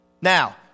Now